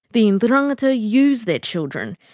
the ndrangheta use their children,